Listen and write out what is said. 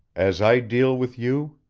as i deal with you,